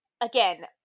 again